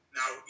now